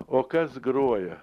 o kas groja